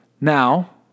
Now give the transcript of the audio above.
Now